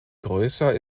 größer